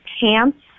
pants